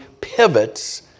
pivots